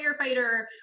firefighter